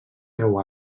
veu